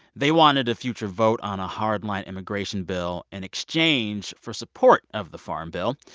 they wanted a future vote on a hardline immigration bill in exchange for support of the farm bill.